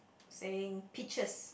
saying pictures